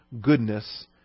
goodness